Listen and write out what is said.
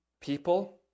people